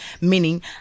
Meaning